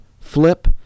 Flip